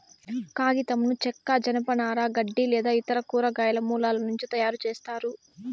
కాగితంను చెక్క, జనపనార, గడ్డి లేదా ఇతర కూరగాయల మూలాల నుంచి తయారుచేస్తారు